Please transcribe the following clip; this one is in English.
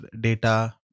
data